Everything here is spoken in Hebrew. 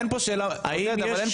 אין פה שאלה משפטית.